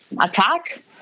attack